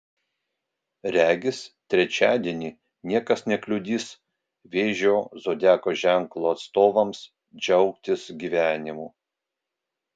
regis trečiadienį niekas nekliudys vėžio zodiako ženklo atstovams džiaugtis gyvenimu